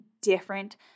different